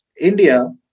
India